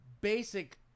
basic